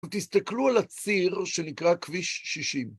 ותסתכלו על הציר שנקרא כביש 60.